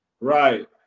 Right